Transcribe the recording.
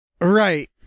Right